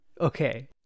okay